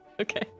Okay